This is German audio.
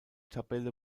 tabelle